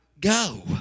go